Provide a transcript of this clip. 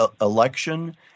election